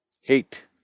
hate